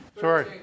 Sorry